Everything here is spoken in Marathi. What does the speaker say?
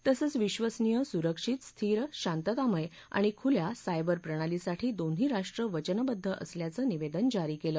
तसंच विबसनीय सुरक्षित स्थिर शांततामय आणि खुल्या सायबर प्रणालीसाठी दोन्ही राष्ट्र वचनबद्ध असल्याचं निवदेन जारी केलं